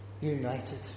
united